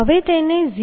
હવે તેને 0